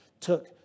took